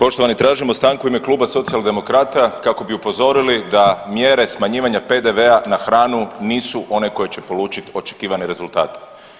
Poštovani tražimo stanku u ime Kluba Socijaldemokrata kako bi upozorili da mjere smanjivanja PDV-a na hranu nisu one koje će polučiti očekivane rezultate.